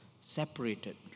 separated